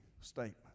statement